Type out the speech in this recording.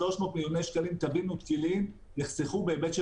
300 מיליוני שקלים טבין ותקילין נחסכו בהיבט של